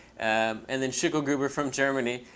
and and then sugo gruber from germany,